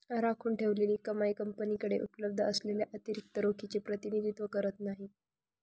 राखून ठेवलेली कमाई कंपनीकडे उपलब्ध असलेल्या अतिरिक्त रोखीचे प्रतिनिधित्व करत नाही